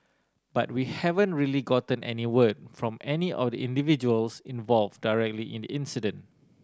but we haven't really gotten any word from any of the individuals involve directly in the incident